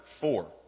four